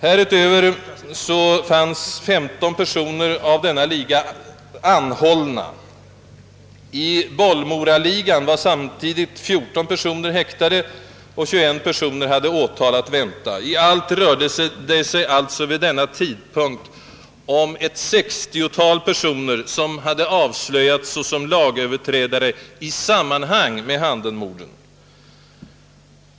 Härutöver fanns 15 personer av denna liga, som var anhållna. Av Bollmoraligan var samtidigt 14 personer häktade och 21 personer hade åtal att vänta. I allt rörde det sig alltså vid denna tidpunkt om ett 60-tal personer som hade avslöjats såsom lagöverträdare i sammanhang med Handenmorden.